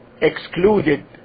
excluded